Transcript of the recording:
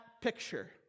picture